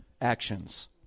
actions